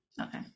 okay